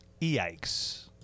Yikes